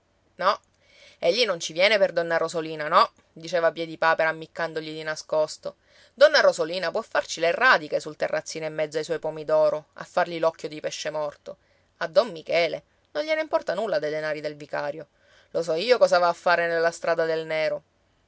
no egli non ci viene per donna rosolina no diceva piedipapera ammiccandogli di nascosto donna rosolina può farci le radiche sul terrazzino in mezzo ai suoi pomidoro a fargli l'occhio di pesce morto a don michele non gliene importa nulla dei denari del vicario lo so io cosa va a fare nella strada del nero